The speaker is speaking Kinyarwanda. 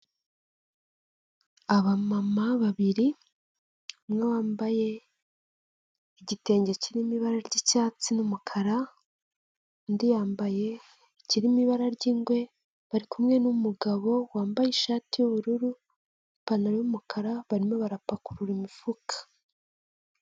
Abamama babiri umwe wambaye igitenge kirimo ibara ry'icyatsi n'umukara, undi yambaye ikirimo ibara ry'ingwe bari kumwe n'umugabo wambaye ishati y'ubururu, ipantaro y'umukara barimo barapakurura umufuka.